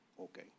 okay